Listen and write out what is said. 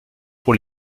pour